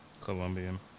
Colombian